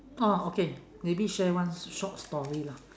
oh okay maybe share one short story lah